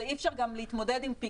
ואי אפשר גם להתמודד עם פיק כזה.